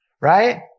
Right